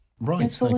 right